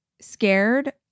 scared